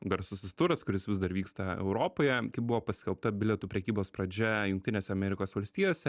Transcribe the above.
garsusis turas kuris vis dar vyksta europoje kai buvo paskelbta bilietų prekybos pradžia jungtinėse amerikos valstijose